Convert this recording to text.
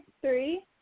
three